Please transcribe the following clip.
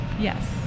Yes